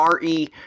RE